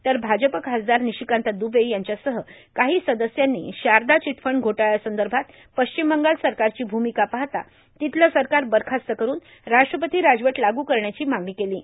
तर भाजप खासदार निशीकांत दुबे यांच्यासह काहां सदस्यांनी शारदा र्णाचटफंड घोटाळ्यासंदभात पश्चिम बंगाल सरकारची भूर्ममका पाहता ातथलं सरकार बरखास्त करून राष्ट्रपती राजवट लागू करण्याची मागणी केलो